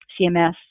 CMS